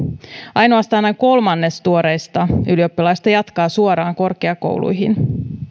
ainoastaan noin kolmannes tuoreista ylioppilaista jatkaa suoraan korkeakouluihin